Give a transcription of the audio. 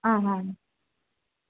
ಹಾಂ ಹಾಂ